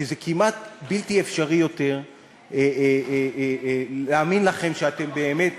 שזה כמעט בלתי אפשרי יותר להאמין לכם שאתם באמת